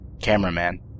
Cameraman